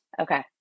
Okay